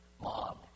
mom